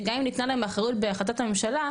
שגם אם ניתנה להם אחריות בהחלטת הממשלה,